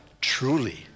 truly